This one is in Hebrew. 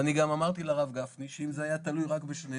אני גם אמרתי לרב גפני שאם זה היה תלוי רק בשנינו,